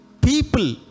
people